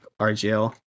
rgl